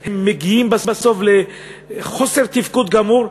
הם מגיעים בסוף לחוסר תפקוד גמור.